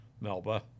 Melba